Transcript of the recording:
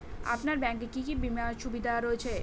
আপনার ব্যাংকে কি কি বিমার সুবিধা রয়েছে?